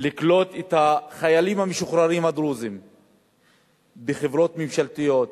לקלוט את החיילים המשוחררים הדרוזים בחברות ממשלתיות,